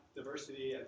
diversity